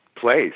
place